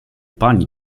pani